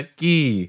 key